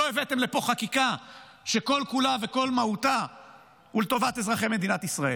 אתם לא הבאתם לפה חקיקה שכל-כולה וכל מהותה לטובת אזרחי מדינת ישראל.